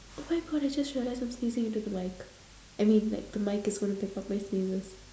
oh my god I just realise I'm sneezing into the mic I mean like the mic is going to pick up my sneezes